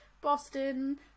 Boston